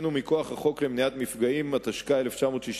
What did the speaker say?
חבר הכנסת סוייד, יש לך שאלה נוספת